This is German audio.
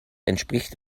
entspricht